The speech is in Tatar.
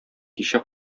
кичә